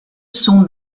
son